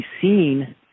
seen